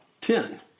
Ten